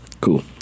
Cool